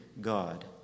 God